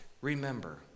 remember